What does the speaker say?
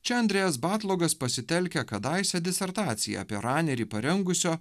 čia andrejas batlogas pasitelkia kadaise disertaciją apie ranerį parengusio